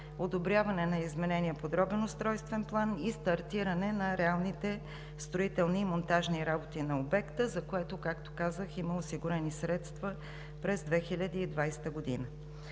одобряване на изменение подробен устройствен план и стартиране на реалните строителни и монтажни работи на обекта, за което, както казах, има осигурени средства през 2020 г.